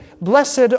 blessed